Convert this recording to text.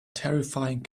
terrifying